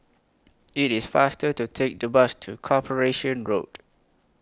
IT IS faster to Take The Bus to Corporation Road